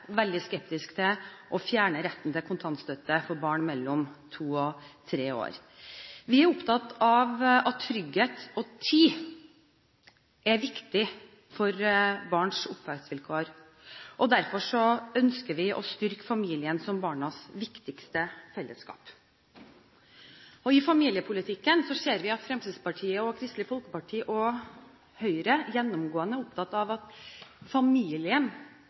veldig skeptisk til å fjerne retten til kontantstøtte for barn mellom to og tre år. Vi er opptatt av at trygghet og tid er viktig for barns oppvekstvilkår, og derfor ønsker vi å styrke familiene som barnas viktigste fellesskap. I familiepolitikken ser vi at Fremskrittspartiet, Kristelig Folkeparti og Høyre gjennomgående er opptatt av at familien